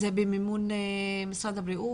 האם זה במימון משרד הבריאות?